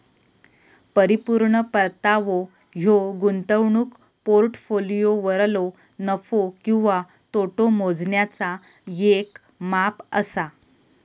परिपूर्ण परतावो ह्यो गुंतवणूक पोर्टफोलिओवरलो नफो किंवा तोटो मोजण्याचा येक माप असा